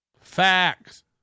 facts